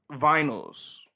vinyls